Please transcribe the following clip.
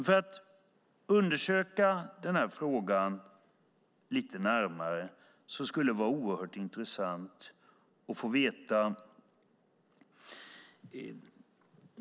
För att undersöka den här frågan lite närmare skulle det vara oerhört intressant att få veta några saker.